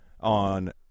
on